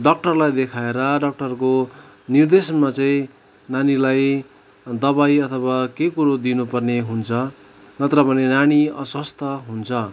डक्टरलाई देखाएर डक्टरको निर्देशमा चाहिँ नानीलाई दवाई अथवा के कुरो दिनुपर्ने हुन्छ नत्र भने नानी अस्वस्थ हुन्छ